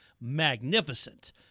magnificent